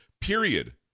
period